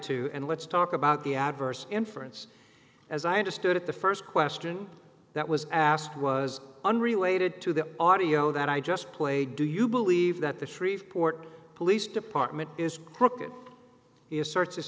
to and let's talk about the adverse inference as i understood it the first question that was asked was unrelated to the audio that i just played do you believe that the shreveport police department is crooked